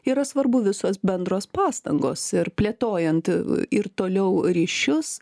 yra svarbu visos bendros pastangos ir plėtojant ir toliau ryšius